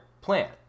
plant